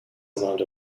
amount